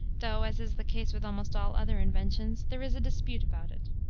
though, as is the case with almost all other inventions, there is a dispute about it.